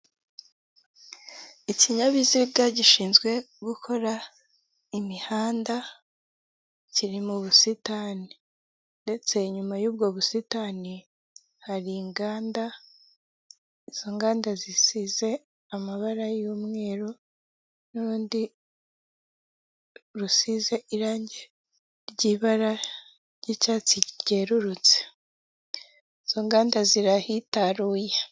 Ikinyabiziga gishinzwe gukora imihanda kiri mu busitani ndetse inyuma y'ubwo busitani hari inganda izo nganda zisize amabara y'umweru n'urundi rusize irangi ry'ibara ry'icyatsi ryerurutse izo nganda ziri ahitaruye.